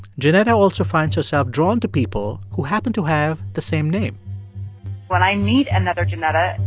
janetta also finds herself drawn to people who happen to have the same name when i meet another janetta,